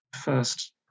first